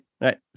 Right